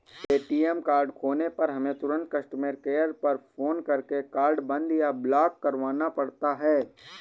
ATM card खोने पर हमें तुरंत कस्टमर केयर पर फ़ोन करके कार्ड बंद या ब्लॉक करवाना पड़ता है